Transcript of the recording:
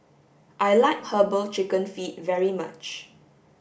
I like herbal chicken feet very much